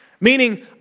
Meaning